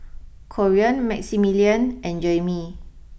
Corean Maximilian and Jaimee